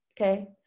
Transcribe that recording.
okay